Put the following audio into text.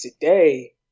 today